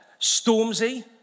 Stormzy